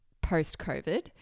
post-COVID